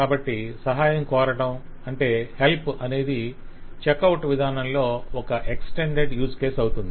కాబట్టి సహాయం కోరడం అంటే హెల్ప్ అనేది చెక్ అవుట్ విధానంలో ఒక ఎక్స్టెండెడ్ యూజ్ కేస్ అవుతుంది